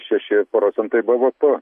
šeši procentai bvp